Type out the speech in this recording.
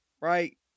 right